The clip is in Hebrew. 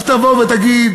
אז תבוא ותגיד